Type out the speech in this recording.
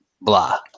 blah